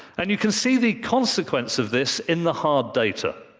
and you can see the consequence of this in the hard data.